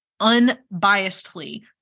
unbiasedly